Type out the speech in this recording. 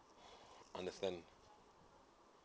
understand